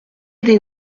des